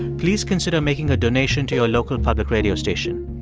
please consider making a donation to your local public radio station.